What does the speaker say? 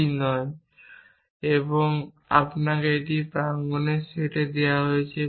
সুতরাং এটি আপনাকে প্রাঙ্গনের সেট দেওয়া হয়েছে